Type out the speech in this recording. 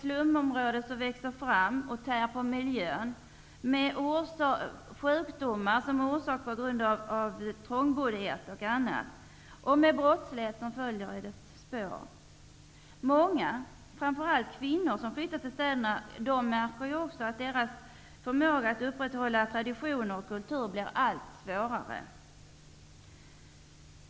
Slumområden som växer fram tär på miljön, och där uppstår sjukdomar på grund av trångboddhet och andra förhållanden. I spåren härav följer också brottslighet. Många, framförallt kvinnor, som flyttat till städerna finner också att deras förmåga att upprätthålla traditioner och kulturmönster alltmer försvagas.